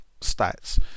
stats